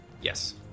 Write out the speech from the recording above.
Yes